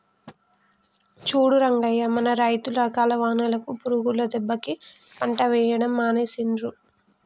చూడు రంగయ్య మన రైతులు అకాల వానలకు పురుగుల దెబ్బకి పంట వేయడమే మానేసిండ్రు